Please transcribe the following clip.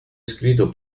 escrito